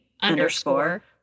underscore